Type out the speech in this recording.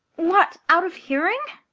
what, out of hearing